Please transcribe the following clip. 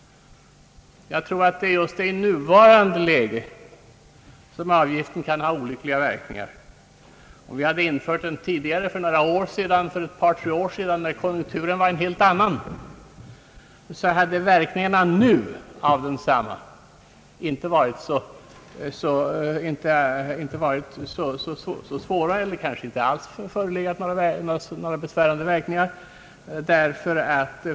Det är just i nuvarande läge arbetsgivaravgiften kan få olyckliga verkningar. Hade vi infört den för ett par tre år sedan, när konjunkturen var en helt annan, hade verkningarna nu av densamma inte varit så svåra eller kanske inte alls förelegat.